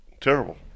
terrible